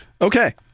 Okay